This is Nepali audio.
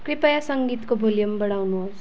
कृपया सङ्गीतको भल्युम बढाउनुहोस्